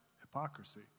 hypocrisy